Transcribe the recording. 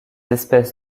espèces